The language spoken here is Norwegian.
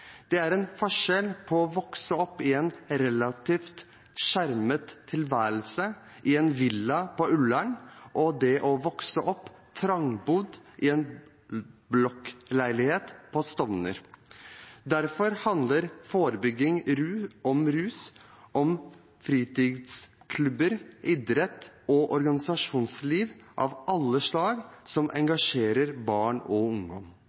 Det er forskjell på å vokse opp i en relativt skjermet tilværelse i en villa på Ullern og det å vokse opp trangbodd i en blokkleilighet på Stovner. Derfor handler forebygging mot rus om fritidsklubber, idrett og organisasjonsliv av alle slag som engasjerer barn og ungdom.